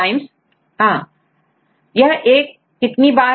A तो यहां इस सीक्वेंस में अब A कितनी बार है